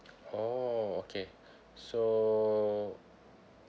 oh okay so